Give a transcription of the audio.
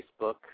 Facebook